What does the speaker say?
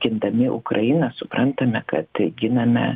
gindami ukrainą suprantame kad giname